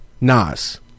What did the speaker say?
nas